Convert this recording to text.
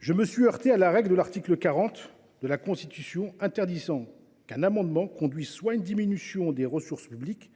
Je me suis heurté à la règle de l’article 40 de la Constitution, interdisant qu’un amendement conduise soit à une diminution des ressources publiques,